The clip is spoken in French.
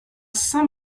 saint